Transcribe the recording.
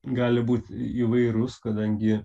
gali būt įvairus kadangi